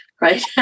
right